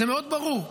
זה מאוד ברור.